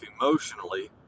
emotionally